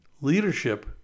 leadership